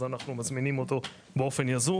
אז אנחנו מזמינים אותו באופן יזום,